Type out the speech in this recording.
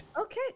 Okay